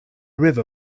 river